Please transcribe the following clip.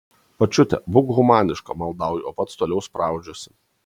pačiute būk humaniška maldauju o pats toliau spraudžiuosi